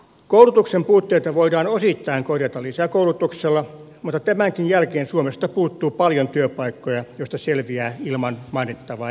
koulutuksen puutteita voidaan osittain korjata lisäkoulutuksella mutta tämänkin jälkeen suomesta puuttuu paljon työpaikkoja joista selviää ilman mainittavaa erityisosaamista